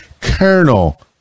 Colonel